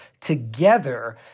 together